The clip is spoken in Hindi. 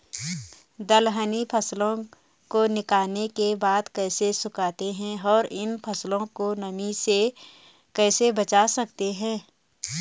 दलहनी फसलों को निकालने के बाद कैसे सुखाते हैं और इन फसलों को नमी से कैसे बचा सकते हैं?